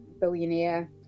billionaire